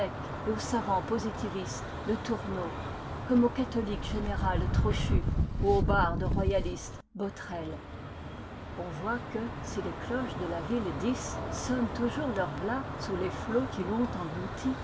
au savant positiviste letourneau comme au catholique général trochu ou au barde royaliste botrel on voit que si les cloches de la villfi d'ys sonnent toujours leur glas sous les flots qui l'ont engloutie